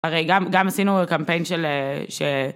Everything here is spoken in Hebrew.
הרי גם גם עשינו קמפיין של אה של...